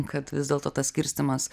kad vis dėlto tas skirstymas